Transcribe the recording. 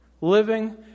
Living